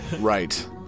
Right